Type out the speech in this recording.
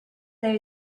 there